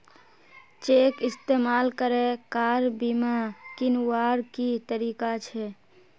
Cheque इस्तेमाल करे car बीमा कीन्वार की तरीका छे?